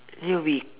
it will be